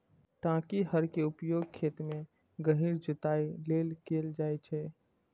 टांकी हर के उपयोग खेत मे गहींर जुताइ लेल कैल जाइ छै